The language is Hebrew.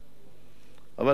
אני בטוח במאה אחוז.